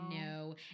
No